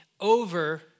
over